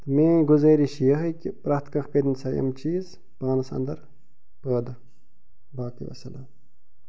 میٲنۍ گُزٲرش چھِ یِہٲے کہِ پرٛیتھ کانٛہہ کٔرِن سا یم چیٖز پانس اندر پٲدٕ باقٕے وسلام